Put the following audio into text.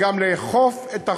וגם לאכוף את החוק.